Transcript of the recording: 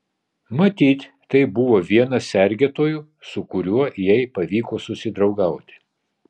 matyt tai buvo vienas sergėtojų su kuriuo jai pavyko susidraugauti